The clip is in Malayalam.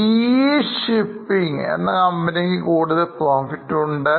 GE shipping എന്നകമ്പനിക്ക് കൂടുതൽ PROFIT ഉണ്ട്